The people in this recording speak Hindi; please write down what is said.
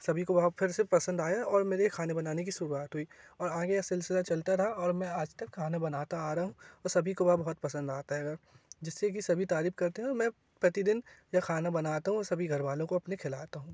सभी को वह फिर से पसंद आया और मेरे खाने बनाने कि शुरुआत हुई और आगे यह सिलसिला चलता रहा और मैं आजतक खाना बनाता आ रहा हूँ और सभी को वह बहुत पसंद आता है जिससे कि सभी तारीफ करते हैं मैं प्रतिदिन यह खाना बनाता हूँ और सभी घर वालों को अपने खिलाता हूँ